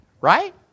Right